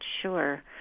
sure